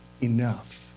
enough